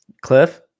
Cliff